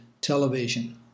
television